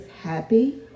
happy